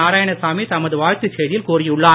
நாராயணசாமி தமது வாழ்த்து செய்தியில் கூறியுள்ளார்